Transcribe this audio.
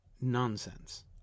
nonsense